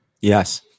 Yes